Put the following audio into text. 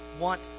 want